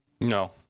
No